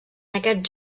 aquests